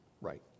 right